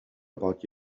about